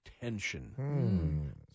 tension